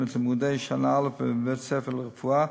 את לימודי שנה א' בבתי-הספר לרפואה,